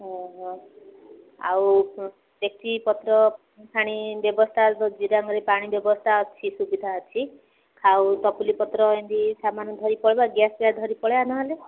ଓହୋ ଆଉ ସେଠି ପତ୍ର ପାଣି ବ୍ୟବସ୍ଥା ଜିିରାଙ୍ଗରେ ପାଣି ବ୍ୟବସ୍ଥା ଅଛି ସୁବିଧା ଅଛି ଖାଉ ପତ୍ର ଏମିତି ସାମାନ ଧରିପଳେଇବା ଗ୍ୟାସ୍ଫ୍ୟାସ୍ ଧରି ପଳେଇବା ନହେଲେ